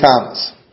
Thomas